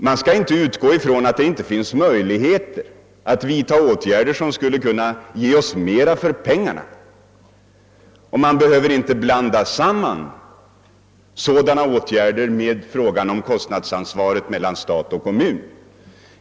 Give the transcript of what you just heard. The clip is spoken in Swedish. Man kan inte utgå från att det inte finns möjligheter att vidta åtgärder som skulle kunna ge oss mera för pengarna, och man behöver inte blanda samman sådana åtgärder med frågan om kostnadsansvarets fördelning mellan stat och kommun.